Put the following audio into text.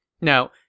Now